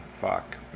fuck